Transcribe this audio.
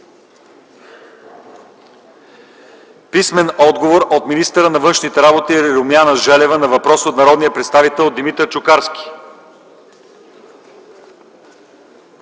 писмен отговор от министъра на външните работи Румяна Желева на въпрос от народния представител Димитър Чукарски;